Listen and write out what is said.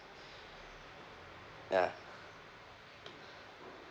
ya